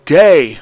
day